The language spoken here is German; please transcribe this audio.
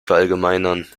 verallgemeinern